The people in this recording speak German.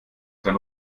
dann